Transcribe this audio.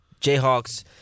Jayhawks